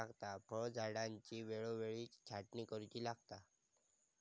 फळझाडांची वेळोवेळी छाटणी करुची लागता